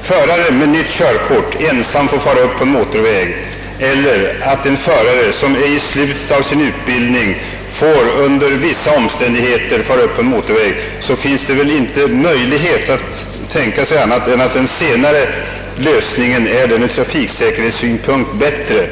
förare med nytt körkort ensam få köra upp på en motorväg eller skall en förare som befinner sig i slutet av sin utbildning under lärares övervakning och under vissa omständigheter få köra upp på motorväg? När det gäller att avgöra vilket av dessa alternativ som ur trafiksäkerhetssynpunkt är det bästa, finns enligt min mening inte någon möjlighet att tänka sig annat än att det senare är det bättre.